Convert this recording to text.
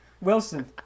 Wilson